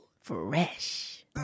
fresh